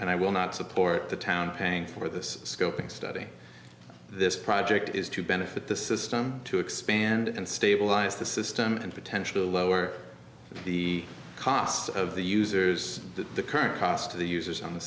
and i will not support the town paying for this scoping study this project is to benefit the system to expand and stabilize the system and potential lower the cost of the users the current cost to the users on the